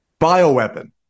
bioweapon